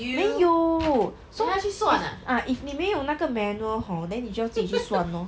没有 so if uh if 你没有那个 manual hor then 你要自己去算 lor